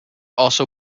also